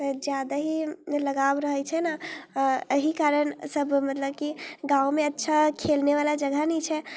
ज्यादा ही लगाव रहै छै ने अऽ एहि कारण सब मतलब कि गाममे अच्छा खेलने वाला जगह नहि छै